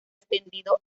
extendido